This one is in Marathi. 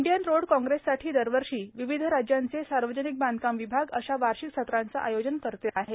इंडियन रोड कांग्रेससाठी दरवर्षी विविध राज्यांचे सार्वजनिक बांधकाम विभाग अशा वार्षिक सत्राचं आयोजन करतात